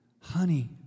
Honey